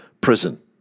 prison